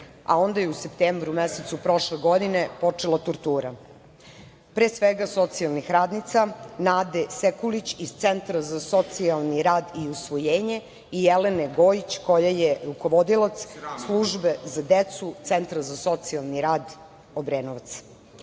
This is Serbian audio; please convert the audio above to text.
a onda je u septembru mesecu prošle godine počela tortura, pre svega, socijalnih radnica Nade Sekulić iz Centra za socijalni rad i usvojenje i Jelene Goljić, koja je rukovodilac Službe za decu Centra za socijalni rad Obrenovac.